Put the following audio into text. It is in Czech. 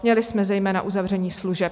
Měli jsme zejména uzavření služeb.